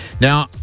Now